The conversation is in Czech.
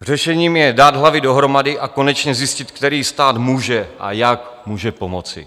Řešením je dát hlavy dohromady a konečně zjistit, který stát může a jak může pomoci.